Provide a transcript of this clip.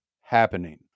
happening